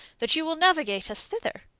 that you will navigate us thither?